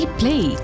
play